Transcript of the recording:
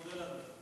אני מודה לאדוני.